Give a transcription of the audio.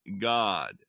God